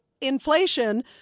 inflation